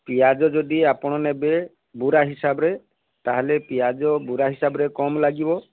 ପିଆଜ ଯଦି ଆପଣ ନେବେ ବୁରା ହିସାବରେ ତାହେଲେ ପିଆଜ ବୁରା ହିସାବରେ କମ୍ ଲାଗିବ